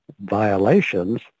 violations